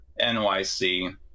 NYC